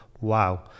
wow